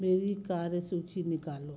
मेरी कार्यसूची निकालो